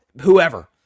whoever